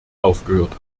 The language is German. aufgehört